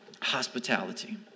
Hospitality